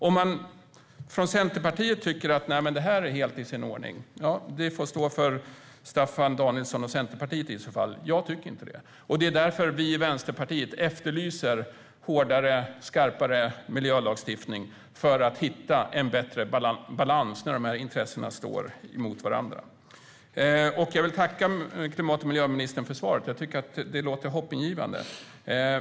Om Centerpartiet tycker att det här är helt i sin ordning får det i så fall stå för Staffan Danielsson och Centerpartiet. Jag tycker inte det. Det är därför vi i Vänsterpartiet efterlyser en hårdare och skarpare miljölagstiftning för att hitta en bättre balans när dessa intressen står mot varandra. Jag vill tacka klimat och miljöministern för svaret. Jag tycker att det låter hoppingivande.